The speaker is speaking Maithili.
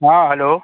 हँ हेलो